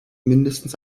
mindestens